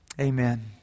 Amen